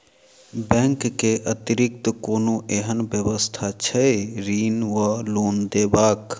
Bank केँ अतिरिक्त कोनो एहन व्यवस्था छैक ऋण वा लोनदेवाक?